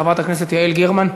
חברת הכנסת יעל גרמן,